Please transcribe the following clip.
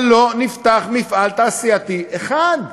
אבל לא נפתח מפעל תעשייתי אחד.